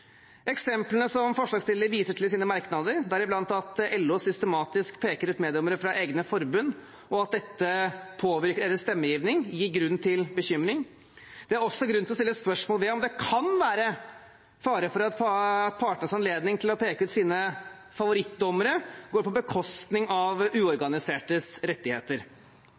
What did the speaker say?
Eksemplene som forslagsstillerne viser til i sine merknader, deriblant at LO systematisk peker ut meddommere fra egne forbund, og at dette påvirker deres stemmegivning, gir grunn til bekymring. Det er også grunn til å stille spørsmål ved om det kan være fare for at partenes anledning til å peke ut sine favorittdommere går på bekostning av uorganisertes rettigheter.